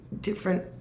different